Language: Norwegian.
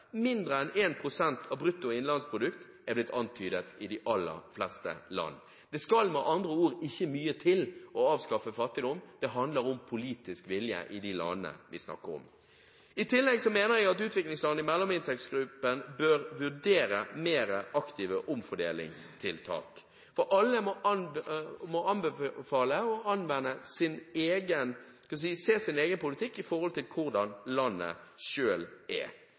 mindre enn 1 pst. av brutto innenlandsprodukt. Det skal med andre ord ikke mye til for å avskaffe fattigdom; det handler om politisk vilje i de landene vi snakker om. I tillegg mener jeg at utviklingsland i mellominntektsgruppen bør vurdere mer aktive omfordelingstiltak, for alle må se sin egen politikk i forhold til hvordan landet selv er.